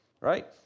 Right